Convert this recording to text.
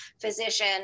physician